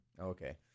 okay